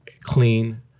clean